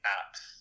apps